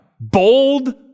bold